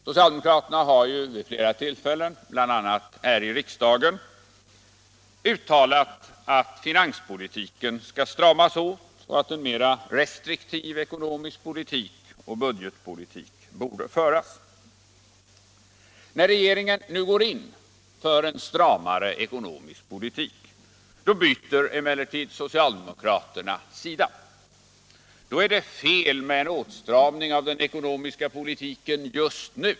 Socialdemokraterna har vid flera tillfällen, bl.a. här i riksdagen, uttalat att finanspolitiken skall stramas åt och att en mera restriktiv ekonomisk politik och budgetpolitik borde föras. När regeringen nu går in för en stramare ekonomisk politik, då byter emellertid socialdemokraterna sida. Då är det fel med en åtstramning av den ekonomiska politiken just nu.